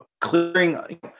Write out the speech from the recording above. clearing